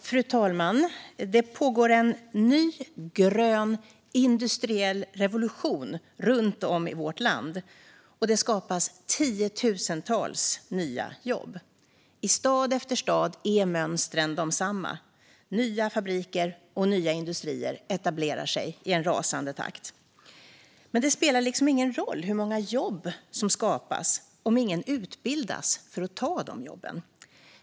Fru talman! Det pågår en ny grön industriell revolution runt om i vårt land, och det skapas tiotusentals nya jobb. I stad efter stad är mönstret detsamma. Nya fabriker och industrier etablerar sig i en rasande takt. Men det spelar ingen roll hur många jobb som skapas om ingen utbildas för att ta jobben.